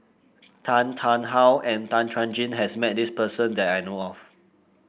Tan Tarn How and Tan Chuan Jin has met this person that I know of